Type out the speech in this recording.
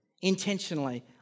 intentionally